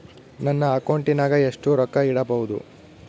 ನನ್ನ ಅಕೌಂಟಿನಾಗ ಎಷ್ಟು ರೊಕ್ಕ ಇಡಬಹುದು?